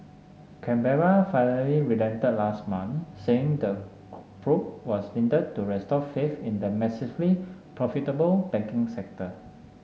Canberra finally relented last month saying the probe was needed to restore faith in the massively profitable banking sector